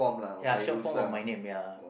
ya short form of my name ya